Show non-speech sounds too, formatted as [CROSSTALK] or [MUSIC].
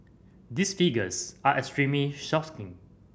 these figures are extremely [UNINTELLIGIBLE]